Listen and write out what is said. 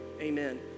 Amen